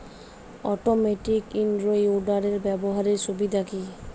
Automatic in row উইডারের ব্যবহারের সুবিধা কি?